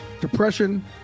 Depression